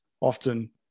often